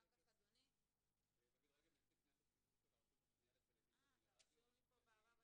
דוד רגב, נציב פניות הציבור של הרשות